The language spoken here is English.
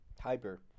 Hyper